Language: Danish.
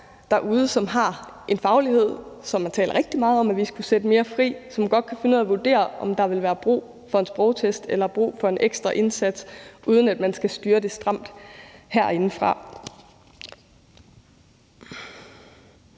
derude, som har en faglighed, som man taler rigtig meget om at vi skulle sætte mere fri, og som godt kan finde ud af at vurdere, om der vil være brug for en sprogtest eller brug for en ekstra indsats, uden at man skal styre det stramt herindefra.